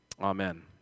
Amen